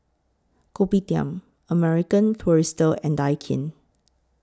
Kopitiam American Tourister and Daikin